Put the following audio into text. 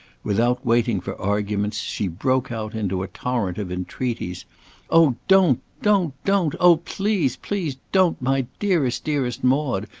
without waiting for arguments, she broke out into a torrent of entreaties oh, don't, don't, don't! oh, please, please, don't, my dearest, dearest maude!